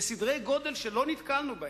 בסדרי-גודל שלא נתקלנו בהם.